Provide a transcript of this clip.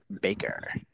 Baker